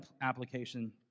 application